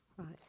Right